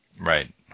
Right